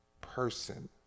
person